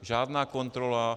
Žádná kontrola.